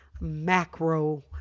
macro